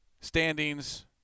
standings